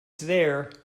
there